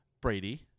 Brady